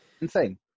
insane